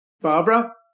Barbara